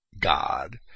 God